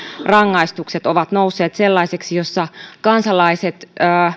ovat nousseet sellaisiksi joissa kansalaiset